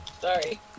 Sorry